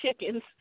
chickens